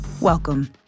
welcome